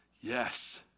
Yes